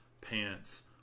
pants